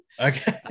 Okay